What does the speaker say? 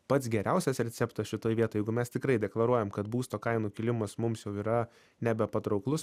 pats geriausias receptas šitoj vietoj jeigu mes tikrai deklaruojam kad būsto kainų kilimas mums jau yra nebepatrauklus